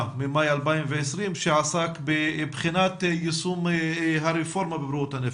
ממאי 2020 שעסק בבחינת יישום הרפורמה בבריאות הנפש.